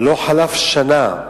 לא חלפה שנה,